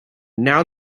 now